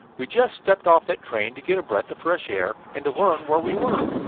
we just stepped off that train to get a breath of fresh air and to learn where we were.